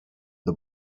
the